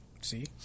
See